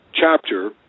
chapter